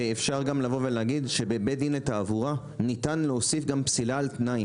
אפשר גם להגיד שבבית דין לתעבורה ניתן להוסיף גם פסילה על תנאי.